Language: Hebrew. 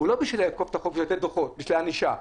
לא בשביל לאכוף את החוק ולתת דוחות בשביל ענישה,